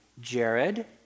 Jared